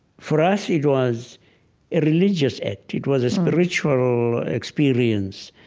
for us, it was a religious act. it was a spiritual experience